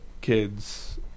kids